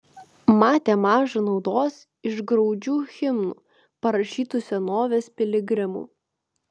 matė maža naudos iš graudžių himnų parašytų senovės piligrimų